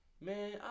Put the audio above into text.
Man